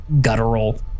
guttural